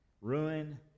Ruin